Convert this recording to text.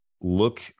look